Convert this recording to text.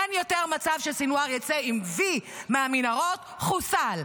אין יותר מצב שסנוואר יצא עם "וי" מהמנהרות, חוסל.